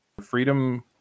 freedom